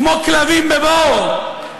כמו כלבים בבור,